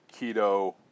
keto